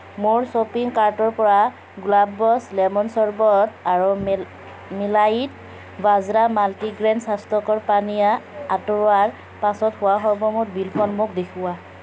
মোৰ শ্বপিং কাৰ্টৰ পৰা গুলাব্ছ লেমন চৰ্বট আৰু মে মেলাইট বাজৰা মাল্টিগ্ৰেইন স্বাস্থ্যকৰ পানীয় আঁতৰোৱাৰ পাছত হোৱা সৰ্বমুঠ বিলখন মোক দেখুওৱা